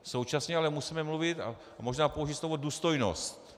Současně ale musíme mluvit a možná použít slovo důstojnost.